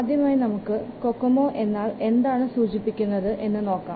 ആദ്യമായി നമുക്ക് കൊക്കോമോ എന്നാൽ എന്താണ് സൂചിപ്പിക്കുന്നത് എന്ന് നോക്കാം